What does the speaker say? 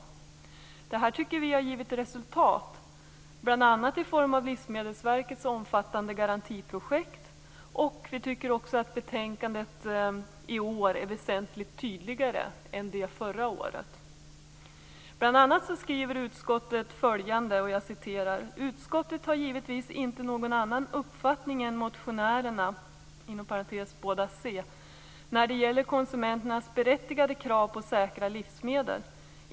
Vi tycker att det har gett resultat, bl.a. i form av Livsmedelsverkets omfattande garantiprojekt. Vi tycker också att årets betänkande är väsentligt tydligare än förra årets. Bl.a. skriver utskottet: "Utskottet har givetvis inte någon annan uppfattning än motionärerna - när det gäller konsumenternas berättigade krav på säkra livsmedel.